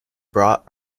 brought